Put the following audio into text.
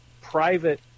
private